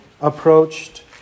approached